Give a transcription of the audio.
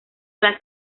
las